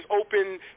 open